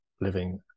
living